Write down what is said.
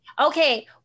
okay